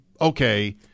okay